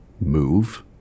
move